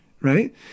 right